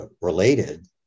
related